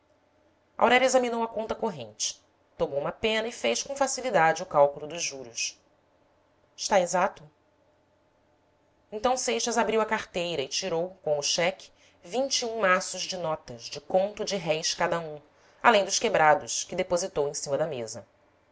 aurélia examinou a conta corrente tomou uma pena e fez com facilidade o cálculo dos juros está exato então seixas abriu a carteira e tirou com o cheque vinte e um maços de notas de conto de réis cada um além dos quebrados que depositou em cima da mesa